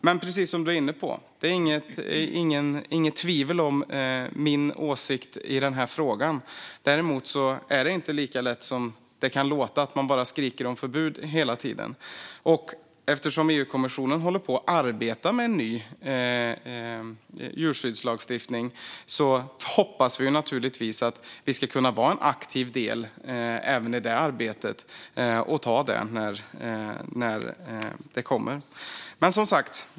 Men precis som ledamoten var inne på är det inget tvivel om min åsikt i denna fråga. Däremot är det inte lika lätt som det kan låta, att man bara skriker om förbud hela tiden. Eftersom EU-kommissionen håller på att arbeta med en ny djurskyddslagstiftning hoppas vi naturligtvis att vi ska kunna vara en aktiv del även i detta arbete och ta oss an det när det kommer.